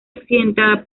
accidentada